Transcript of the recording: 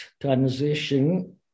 transition